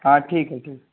ہاں ٹھیک ہے ٹھیک